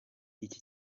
iki